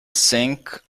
sink